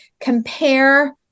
compare